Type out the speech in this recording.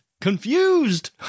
Confused